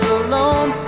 alone